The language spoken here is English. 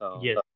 Yes